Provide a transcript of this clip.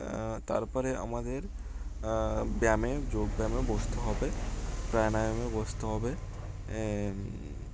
তারপরে আমাদের ব্যায়ামে যোগব্যায়ামে বসতে হবে প্রাণায়ামেও বসতে হবে